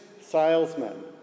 salesmen